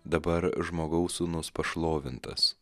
dabar žmogaus sūnus pašlovintas